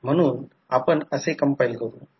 तर हे E1 आहे हे E2 आहे पूर्वी ही गोष्ट दिली आहे